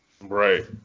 Right